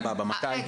סבבה, מתי?